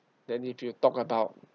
then if you talk about